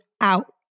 out